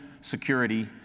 security